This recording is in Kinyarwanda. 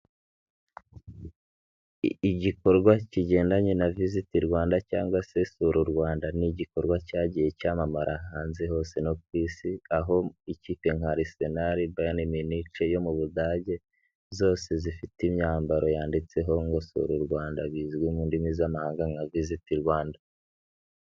Igikorwa kigendanye na visiti Rwanda cyangwa se sura u Rwanda, ni igikorwa cyagiye cyamamara hanze hose no ku Isi, aho ikipe nka Arisenali, Bayani minici yo mu Budage, zose zifite imyambaro yanditseho ngo sura u Rwanda, bizwi mu ndimi z'amahanga nka visiti Rwanda.